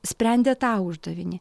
sprendė tą uždavinį